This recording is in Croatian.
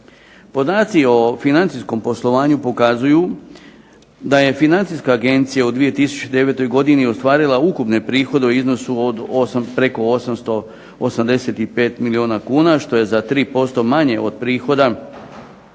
Podaci o financijskom poslovanju pokazuju da je Financijska agencija u 2009. godini ostvarila ukupne prihode u iznosu od preko 885 milijuna kuna što je za 3% manje od prihoda